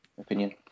opinion